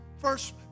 First